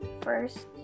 first